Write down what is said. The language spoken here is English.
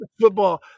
football